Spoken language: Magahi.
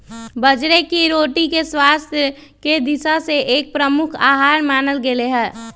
बाजरे के रोटी के स्वास्थ्य के दिशा से एक प्रमुख आहार मानल गयले है